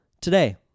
today